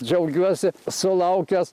džiaugiuosi sulaukęs